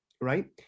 right